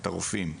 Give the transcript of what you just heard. את הרופאים.